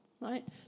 right